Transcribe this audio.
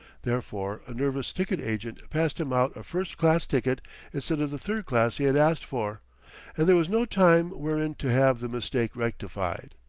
therefore a nervous ticket agent passed him out a first-class ticket instead of the third-class he had asked for and there was no time wherein to have the mistake rectified.